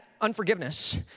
unforgiveness